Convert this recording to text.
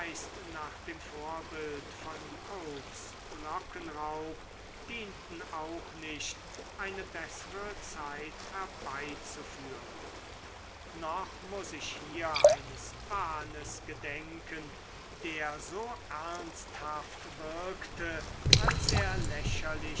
nach dem vorbild von popes lockenraub dienten auch nicht eine bessere zeit herbeizuführen noch muß ich hier eines wahnes gedenken der so ernsthaft wirkte als er lächerlich